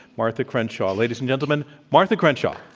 martha crenshaw. ladies and gentlemen, martha crenshaw.